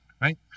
Right